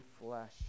flesh